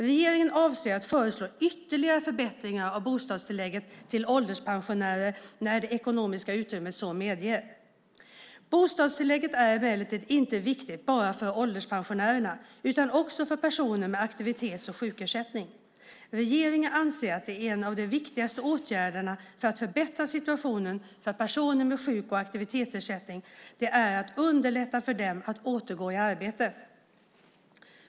Regeringen avser att föreslå ytterligare förbättringar av bostadstillägget till ålderspensionärer när det ekonomiska utrymmet så medger. Bostadstillägget är emellertid inte viktigt bara för ålderspensionärer utan också för personer med aktivitets och sjukersättning. Regeringen anser att en av de viktigaste åtgärderna för att förbättra situationen för personer med aktivitets och sjukersättning är att underlätta för dem att återgå i arbete.